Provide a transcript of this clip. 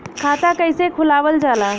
खाता कइसे खुलावल जाला?